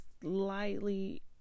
slightly